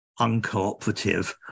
uncooperative